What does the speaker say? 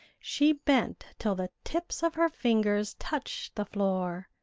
she bent till the tips of her fingers touched the floor.